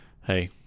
hey